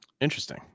Interesting